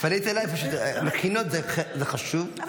מכינות זה גם קצבאות?